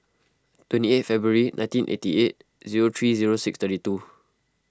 twenty eight February nineteen eighty eight zero three zero six thirty two